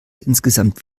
insgesamt